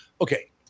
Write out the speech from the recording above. Okay